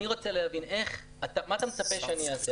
אני רוצה להבין מה אתה רוצה שאעשה.